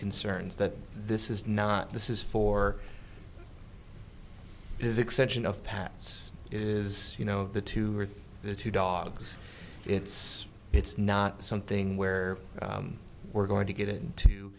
concerns that this is not this is for is extension of pat's is you know the two are the two dogs it's it's not something where we're going to get into